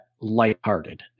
lighthearted